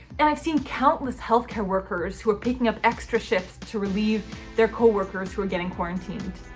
and i've seen countless health care workers who are picking up extra shifts to relieve their co-workers who are getting quarantined.